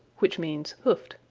which means hoofed.